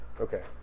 okay